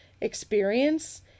experience